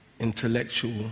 Intellectual